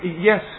yes